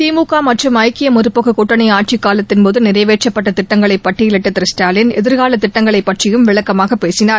திமுகமற்றும் ஐக்கியமுற்போக்குகூட்டணி ஆட்சிக் காலத்தின் போதுநிறைவேற்றப்பட்டதிட்டங்களைபட்டியலிட்டதிரு ஸ்டாலின் எதிர்காலதிட்டங்களைப் பற்றியும் விளக்கமாகப் பேசினார்